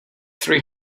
three